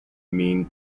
mean